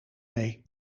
mee